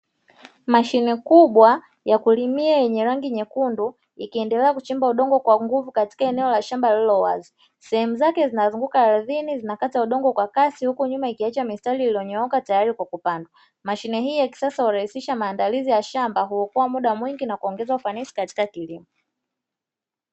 Mashine kubwa ya kulimia yenye rangi nyekundu, ikiendelea kuchimba udongo kwa nguvu katikati eneo la shamba lililo wazi, sehemu zake zinazunguka aridhini zinakata udongo kwa kasi, huko nyuma ikiacha mistari iliyonyooka tayari kwa kupanda, mashine hii ya kisasa kurahisisha maandalizi ya shamba, huokoa muda mwingi na kuongeza ufanisi katika kilimo.